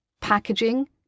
packaging